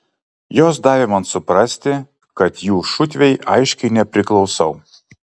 jos davė man suprasti kad jų šutvei aiškiai nepriklausau